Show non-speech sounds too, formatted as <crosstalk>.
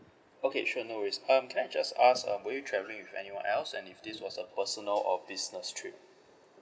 <breath> okay sure no worries um can I just ask um were you travelling with anyone else and if this was a personal or business trip